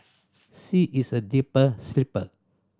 she is a deeper sleeper